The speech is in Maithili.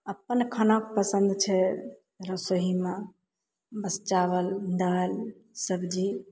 अपन खानाके पसन्द छै रसोइमे बस चावल दालि सब्जी